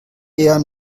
eher